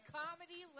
comedy